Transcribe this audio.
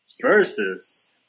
versus